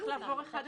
צריך לעבור אחד-אחד.